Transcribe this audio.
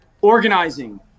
organizing